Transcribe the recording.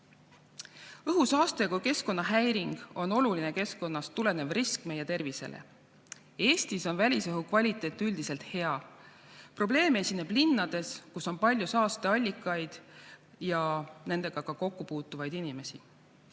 Õhusaaste kui keskkonnahäiring on oluline keskkonnast tulenev risk meie tervisele. Eestis on välisõhu kvaliteet üldiselt hea. Probleeme esineb linnades, kus on palju saasteallikaid ja nendega kokku puutuvaid inimesi.